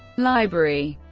library